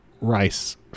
rice